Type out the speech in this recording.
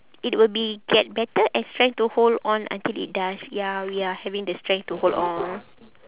it will be get better and strength to hold on until it does ya we are having the strength to hold on